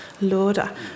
Lord